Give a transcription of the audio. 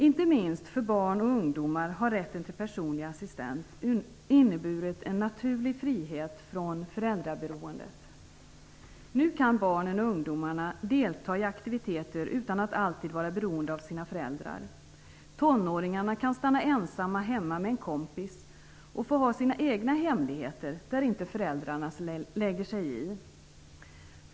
Inte minst för barn och ungdomar har rätten till personlig assistent inneburit en naturlig frihet från föräldraberoendet. Nu kan barnen och ungdomarna delta i aktiviteter utan att alltid vara beroende av sina föräldrar. Tonåringarna kan stanna ensamma hemma med en kompis och få ha sina egna hemligheter där inte föräldrarna lägger sig i.